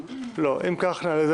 לא, אם כך נעלה את זה